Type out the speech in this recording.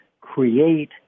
create